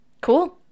Cool